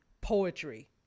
poetry